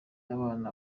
abana